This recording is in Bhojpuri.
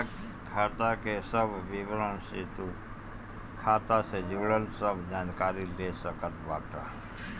खाता के सब विवरण से तू खाता से जुड़ल सब जानकारी ले सकत बाटअ